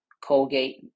Colgate